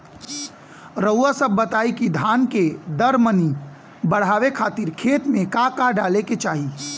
रउआ सभ बताई कि धान के दर मनी बड़ावे खातिर खेत में का का डाले के चाही?